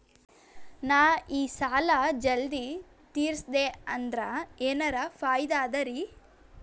ನಾ ಈ ಸಾಲಾ ಜಲ್ದಿ ತಿರಸ್ದೆ ಅಂದ್ರ ಎನರ ಫಾಯಿದಾ ಅದರಿ?